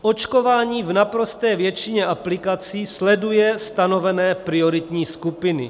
Očkování v naprosté většině aplikací sleduje stanovené prioritní skupiny.